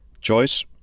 choice